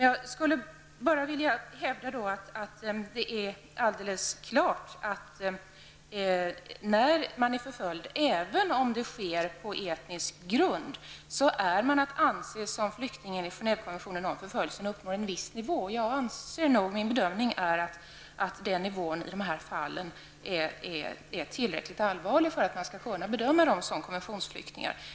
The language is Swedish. Jag vill då hävda att det är alldeles klart att när man är förföljd så betraktas man enligt Genèvekonventionen som flykting om förföljelsen uppnår en viss nivå, även om förföljelsen sker på etnisk grund. Min bedömning är att den nivån i dessa fall är tillräckligt allvarlig för att man skall kunna bedöma dessa kvinnor som konventionsflyktingar.